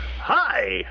Hi